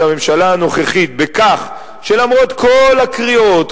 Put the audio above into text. הממשלה הנוכחית בכך שלמרות כל הקריאות,